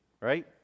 right